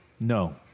No